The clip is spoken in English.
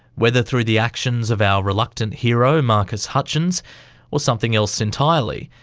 whether through the actions of our reluctant hero marcus hutchins or something else entirely,